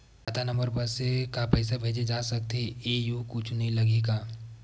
खाता नंबर बस से का पईसा भेजे जा सकथे एयू कुछ नई लगही का?